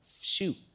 shoot